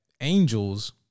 angels